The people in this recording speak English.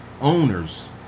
owners